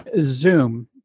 Zoom